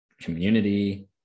community